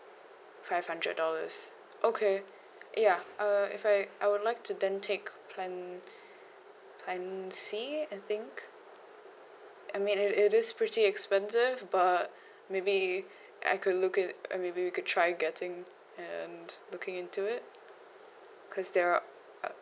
five hundred dollars okay ya uh if I I would like to then take plan plan C I think I mean it it is pretty expensive but maybe I could look it uh maybe we could try getting and looking into it cause there are